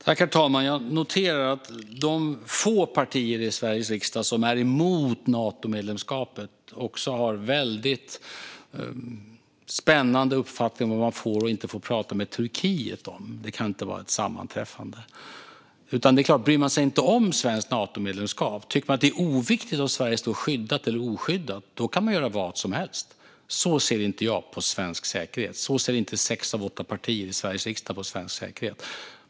Herr talman! Jag noterar att de få partier i Sveriges riksdag som är emot Natomedlemskapet också har spännande uppfattningar om vad man får och inte får prata med Turkiet om. Det kan inte vara ett sammanträffande. Bryr man sig inte om svenskt Natomedlemskap, om man tycker att det är oviktigt om Sverige står skyddat eller oskyddat, kan man göra vad som helst. Så ser inte jag på svensk säkerhet. Så ser inte sex av åtta partier i Sveriges riksdag på svensk säkerhet.